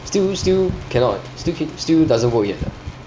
still still cannot still still doesn't work yet ah